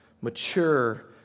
mature